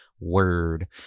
word